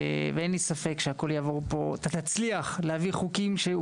אין לי ספק שתצליח להעביר חוקים.